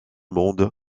monde